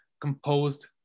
composed